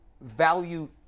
value